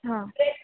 हा